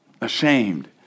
Ashamed